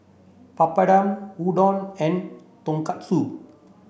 Papadum Udon and Tonkatsu